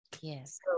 Yes